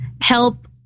help